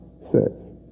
says